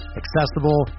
accessible